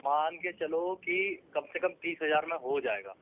मान के चलो की कम से कम तीस हजार में हो जाएगा